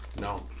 No